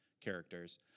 characters